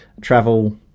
travel